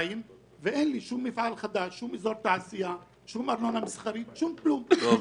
שני רכבים למשפחה במועצה אזורית זה אילוץ, זה